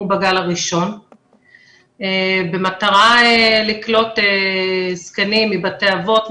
בגל הראשון במטרה לקלוט זקנים מבתי אבות,